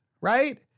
right